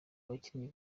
bakinnyi